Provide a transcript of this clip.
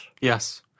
Yes